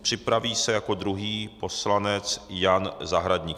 Připraví se jako druhý poslanec Jan Zahradník.